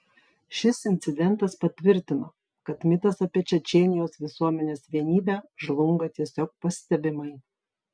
šis incidentas patvirtino kad mitas apie čečėnijos visuomenės vienybę žlunga tiesiog pastebimai